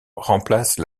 remplace